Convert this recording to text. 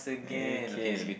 okay